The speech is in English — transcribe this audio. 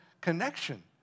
connection